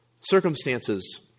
circumstances